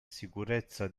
sicurezza